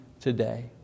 today